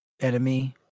enemy